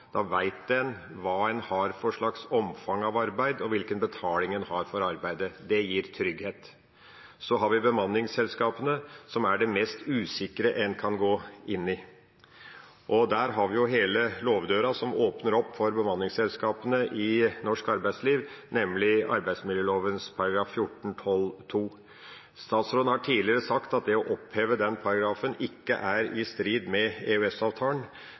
hvilken betaling en har for arbeidet. Det gir trygghet. Så har vi bemanningsselskapene, som er det mest usikre en kan gå inn i. Der har vi hele låvedøra som åpner opp for bemanningsselskapene i norsk arbeidsliv, nemlig arbeidsmiljøloven § 14-12 a annet ledd. Statsråden har tidligere sagt at det å oppheve den paragrafen ikke er i strid med